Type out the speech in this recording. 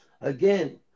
Again